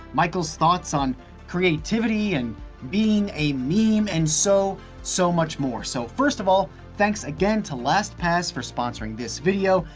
michael's thoughts on creativity and being a meme and so so much more. so first of all, thanks again to lastpass for sponsoring this video.